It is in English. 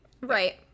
right